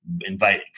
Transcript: invite